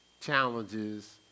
challenges